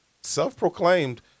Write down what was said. self-proclaimed